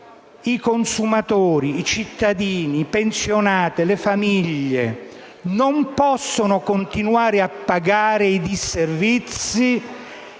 i consumatori, i cittadini, i pensionati e le famiglie non possono continuare a pagare i disservizi